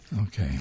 Okay